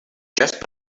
just